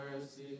mercy